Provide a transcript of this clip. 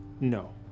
no